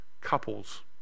couples